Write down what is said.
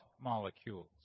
molecules